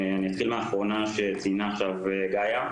אני אתחיל ממה שציינה עכשיו גאיה.